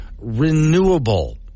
renewable